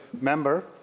member